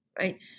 Right